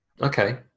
Okay